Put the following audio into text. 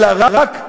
אלא רק,